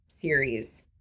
series